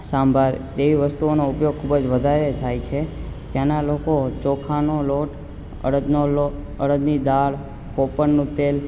સંભાળ એવી વસ્તુઓનો ઉપયોગ ખૂબ જ વધારે થાય છે ત્યાંના લોકો ચોખાનું લોટ અડદનો લોટ અડદની દાળ કોપરનું તેલ